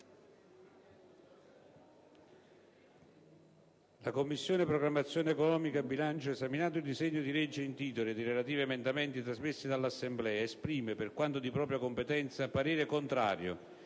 «La Commissione programmazione economica, bilancio, esaminato il disegno di legge in titolo ed i relativi emendamenti, trasmessi dall'Assemblea, esprime, per quanto di propria competenza, parere contrario,